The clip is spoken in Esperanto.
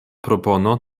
propono